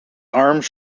arms